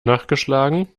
nachgeschlagen